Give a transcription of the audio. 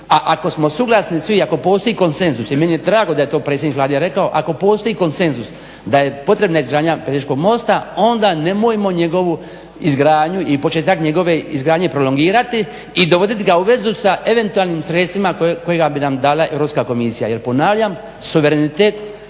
ako smo suglasni i ako postoji konsenzus i meni je drago da je to predsjednik Vlade rekao, ako postoji konsenzus da je potrebna izgradnja Pelješkog mosta onda nemojmo njegovu izgradnju i početak njegove izgradnje prolongirati i dovoditi ga u vezu sa eventualnim sredstvima koja bi nam dala EU komisija jer ponavljam suverenitet